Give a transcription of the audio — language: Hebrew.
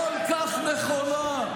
כל כך נכונה.